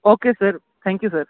okay sir thank you sir